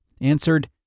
answered